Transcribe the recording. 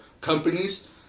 companies